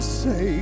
say